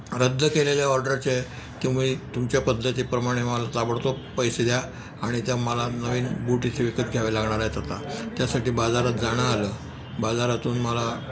रद्द केलेल्या ऑर्डरचे तुम्ही तुमच्या पद्धतीप्रमाणे मला ताबडतोब पैसे द्या आणि त्या मला नवीन बूट इथे विकत घ्यावे लागणार आहेत आता त्यासाठी बाजारात जाणं आलं बाजारातून मला